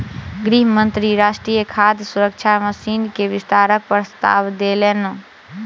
गृह मंत्री राष्ट्रीय खाद्य सुरक्षा मिशन के विस्तारक प्रस्ताव देलैन